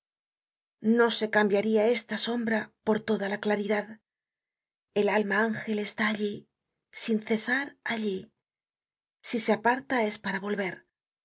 no se cambiaria esta sombra por toda la claridad el alma ángel está allí sin cesar allí si se aparta es para volver